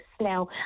now